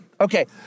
Okay